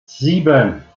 sieben